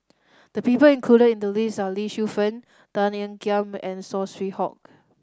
the people included in the list are Lee Shu Fen Tan Ean Kiam and Saw Swee Hock